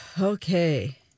okay